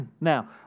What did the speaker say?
Now